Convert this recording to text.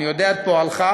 אני יודע את פועלך,